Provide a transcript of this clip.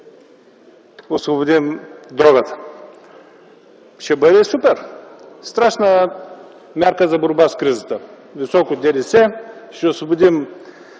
освободим дрогата. Ще бъде супер. Страшна мярка за борба с кризата – високо ДДС, ще освободим